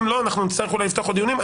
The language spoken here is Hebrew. אם לא, אנחנו נצטרך אולי לקיים עוד דיונים.